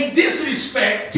disrespect